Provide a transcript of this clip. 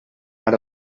ara